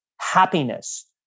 happiness